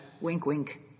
wink-wink